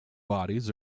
bodies